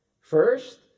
first